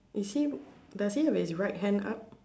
is she does he have his right hand up